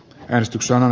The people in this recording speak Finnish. reissussa